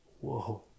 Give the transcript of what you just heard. Whoa